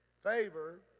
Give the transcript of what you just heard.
favor